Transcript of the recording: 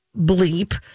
bleep